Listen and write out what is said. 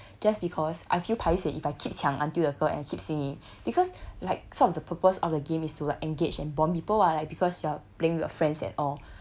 just because I feel paiseh if I keep 抢 until the 歌 and keep singing because like sort of the purpose of the game is to like engage and bond people ah like because you're playing with your friends and all